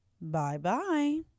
bye-bye